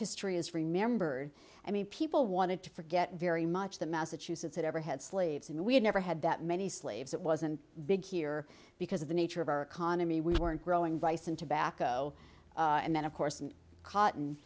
history is remembered i mean people wanted to forget very much the massachusetts had ever had slaves and we had never had that many slaves it wasn't big here because of the nature of our economy we weren't growing vice and tobacco and then of course